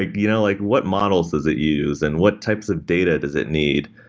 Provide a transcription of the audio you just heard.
you know like what models does it use and what types of data does it need?